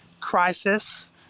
crisis